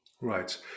Right